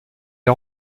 est